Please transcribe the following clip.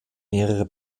mehrere